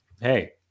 hey